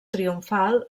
triomfal